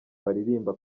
baririmba